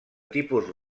tipus